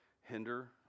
hinder